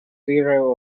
sire